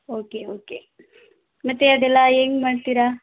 okay okay ಮತ್ತು ಅದೆಲ್ಲ ಹೆಂಗ್ ಮಾಡ್ತೀರಾ